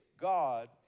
God